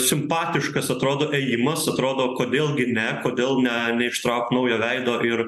simpatiškas atrodo ėjimas atrodo kodėl gi ne kodėl ne neištraukt naujo veido ir